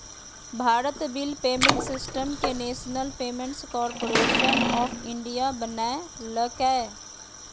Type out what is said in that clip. Bharat bill payment system के national payments corporation of India बनैल्कैय